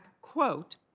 quote